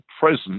present